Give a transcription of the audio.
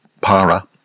para